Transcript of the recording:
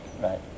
Right